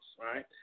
right